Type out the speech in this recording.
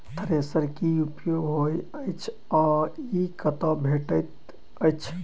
Thresher केँ की उपयोग होइत अछि आ ई कतह भेटइत अछि?